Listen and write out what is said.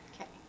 Okay